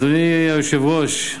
אדוני היושב-ראש,